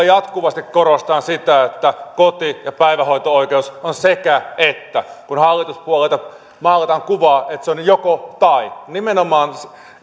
jatkuvasti korostetaan sitä että koti ja päivähoito oikeus on sekä että kun hallituspuolelta maalataan kuvaa että se on joko tai nimenomaan